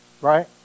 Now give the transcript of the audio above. right